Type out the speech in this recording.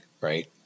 right